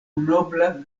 nobla